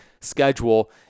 schedule